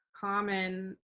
common